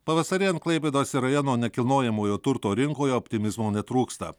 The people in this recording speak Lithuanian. pavasarėjant klaipėdos ir rajono nekilnojamojo turto rinkoje optimizmo netrūksta